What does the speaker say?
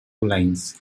lines